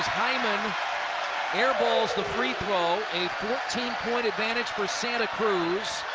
hyman air balls the free throw. a thirteen point advantage for santa cruz.